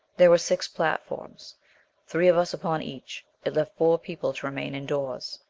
there were six platforms three of us upon each. it left four people to remain indoors.